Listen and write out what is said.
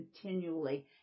continually